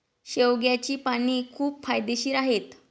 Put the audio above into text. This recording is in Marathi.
शेवग्याची पाने खूप फायदेशीर आहेत